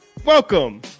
Welcome